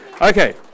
Okay